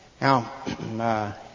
Now